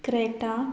Creta